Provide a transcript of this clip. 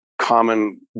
common